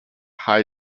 high